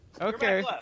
Okay